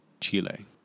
Chile